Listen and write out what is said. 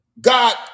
God